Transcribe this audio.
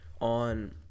On